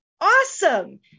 Awesome